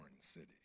city